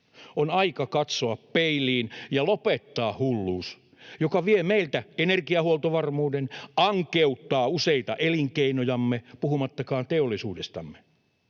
On aika katsoa peiliin ja lopettaa hulluus, joka vie meiltä energiahuoltovarmuuden ja ankeuttaa useita elinkeinojamme, puhumattakaan teollisuudestamme.